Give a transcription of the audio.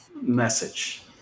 message